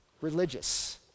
religious